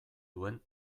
duen